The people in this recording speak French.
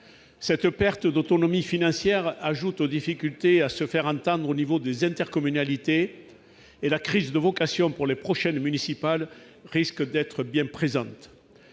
cette perte d'autonomie financière, ajoute aux difficultés à se faire entendre au niveau des intercommunalités et la crise de vocation pour les prochaines municipales risquent d'être bien présente,